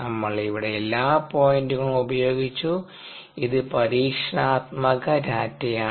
നമ്മൾ ഇവിടെ എല്ലാ പോയിന്റുകളും ഉപയോഗിച്ചു ഇത് പരീക്ഷണാത്മക ഡാറ്റയാണ്